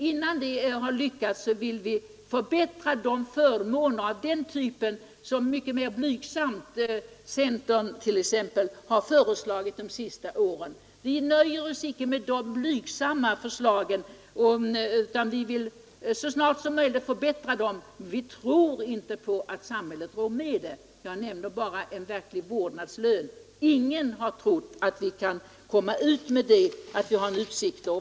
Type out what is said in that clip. Innan det lyckats vill vi genomföra sådana förbättringar som t.ex. centern i mera blygsam skala har föreslagit de Nr 112 senaste PERM n jer os fs na de blygsaira FÖrSTARene utan vi vill så Onsdagen den snart som möjligt förbättra förmånerna, men vi tror inte på att samhället § növember: 1970 rår med det. ee Jag nämnde en verklig vårdnadslön — ingen har trott att vi kan komma Allmänpolitisk ut med en sådan.